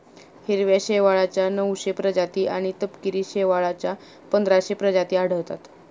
हिरव्या शेवाळाच्या नऊशे प्रजाती आणि तपकिरी शेवाळाच्या पंधराशे प्रजाती आढळतात